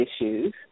issues